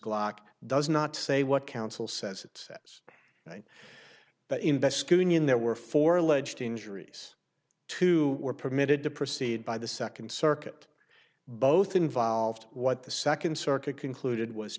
glock does not say what counsel says it says but invest in there were four alleged injuries two were permitted to proceed by the second circuit both involved what the second circuit concluded was